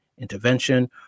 intervention